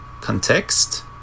Context